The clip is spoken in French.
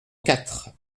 quatre